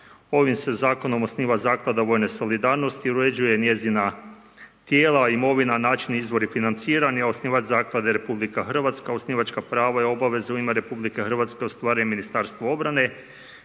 Ovim se zakonom osniva zaklada vojne solidarnosti i uređuje njezina tijela, imovina, način i izvori financiranja, osnivač zaklade je RH. Osnivačka prava i obavezu ima RH, ustvari Ministarstvo obrane.